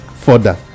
further